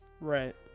Right